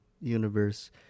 Universe